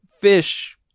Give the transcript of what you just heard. Fish